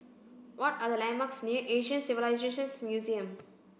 what are the landmarks near Asian Civilisations Museum